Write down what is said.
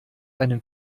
einen